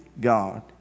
God